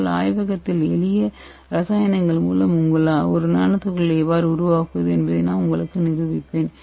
உங்கள் ஆய்வகத்தில் எளிய ரசாயனங்கள் மூலம் நானோ துகள்களை எவ்வாறு உருவாக்குவது என்பதை நான் உங்களுக்கு நிரூபிப்பேன்